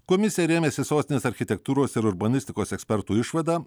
komisija rėmėsi sostinės architektūros ir urbanistikos ekspertų išvada